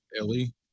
Ellie